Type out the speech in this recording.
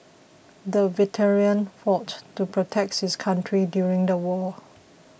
the veteran fought to protects his country during the war